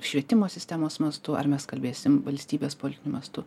švietimo sistemos mastu ar mes kalbėsim valstybės politiniu mastu